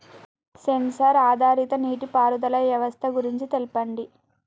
Censor ఆధారిత నీటిపారుదల వ్యవస్థ గురించి తెల్పండి?